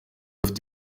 afite